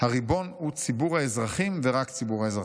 הריבון הוא ציבור האזרחים ורק ציבור האזרחים.